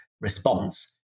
response